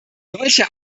solche